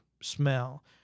smell